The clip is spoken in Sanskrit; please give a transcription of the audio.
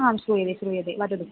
आं श्रूयते श्रूयते वदतु